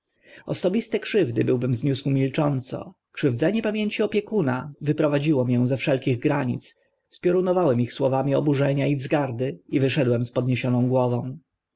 osobiste krzywdy byłbym zniósł milcząco krzywdzenie pamięci opiekuna wyprowadziło mię ze wszelkich granic spiorunowałem ich słowami oburzenia i wzgardy i wyszedłem z podniesioną głową